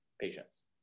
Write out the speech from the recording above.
patients